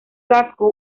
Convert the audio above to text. casco